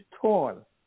tall